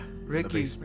Ricky